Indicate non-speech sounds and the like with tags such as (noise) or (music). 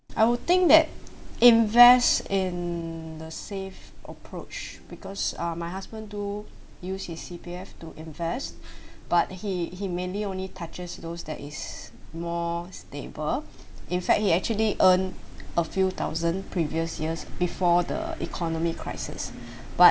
I would think that invest in the safe approach because uh my husband do use his C_P_F to invest (breath) but he he mainly only touches to those that is more stable in fact he actually earn a few thousand previous years before the economic crisis (breath) but